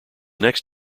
next